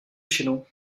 činu